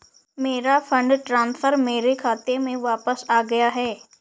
मेरा fund transfer मेरे खाते में वापस आ गया है